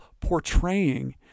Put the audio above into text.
portraying